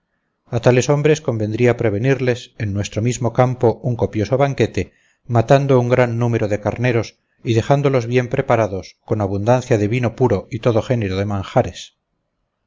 a tales hombres convendría prevenirles en nuestro mismo campo un copioso banquete matando un gran número de carneros y dejándolos bien preparados con abundancia de vino puro y todo género de manjares